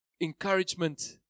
encouragement